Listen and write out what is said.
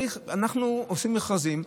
אנחנו עושים מכרזים,